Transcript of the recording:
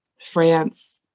france